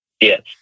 yes